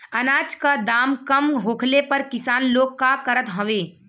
अनाज क दाम कम होखले पर किसान लोग का करत हवे?